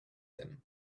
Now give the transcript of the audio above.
him